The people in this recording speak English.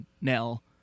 Nell